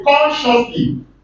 consciously